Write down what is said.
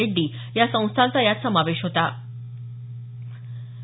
रेड्डी या संस्थांचा यात समावेश हाता